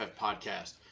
Podcast